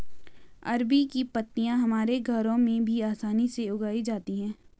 अरबी की पत्तियां हमारे घरों में भी आसानी से उगाई जाती हैं